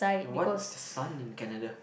what is the sun in Canada